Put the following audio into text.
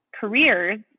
careers